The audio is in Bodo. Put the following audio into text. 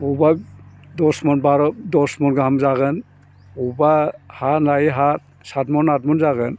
बबावबा दस मन बार' दस मन गाहाम जागोन बबावबा हा नायै हा साथ मन आथ मन जागोन